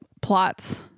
plots